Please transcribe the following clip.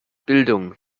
bildung